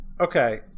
Okay